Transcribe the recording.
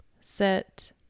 sit